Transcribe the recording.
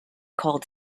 called